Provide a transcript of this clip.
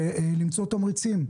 ולמצוא תמריצים.